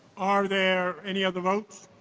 are there any other votes?